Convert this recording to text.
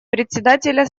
председателя